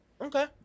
Okay